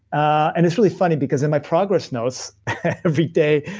and it's really funny because in my progress notes every day,